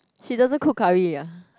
she doesn't cook curry ya